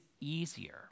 easier